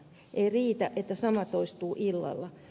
ei riitä että sama toistuu illalla